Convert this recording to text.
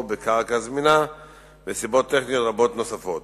בקרקע זמינה ומסיבות טכניות רבות נוספות.